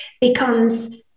becomes